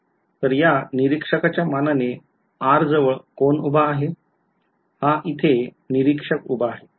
तर या निरिक्षाकच्या मानाने r जवळ कोण उभा आहे हा इथे निरीक्षक उभा आहे